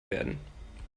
werden